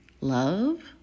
love